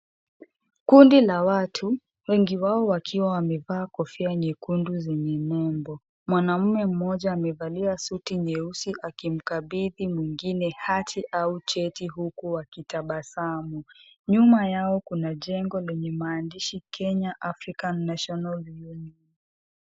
Kundi la watu wengi wao wakiwa wamevaa kofia nyekundu zenye nembo . Mwanaume mmoja amevalia suti nyeusi akimkabidhi mwingine hati au cheti huku wakitabasamu ,nyuma Yao kuna jengo lenye Maandishi Kenya African National.